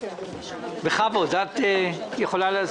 יתכבד משרד האוצר,